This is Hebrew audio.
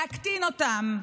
להקטין אותן.